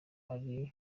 hari